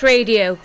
Radio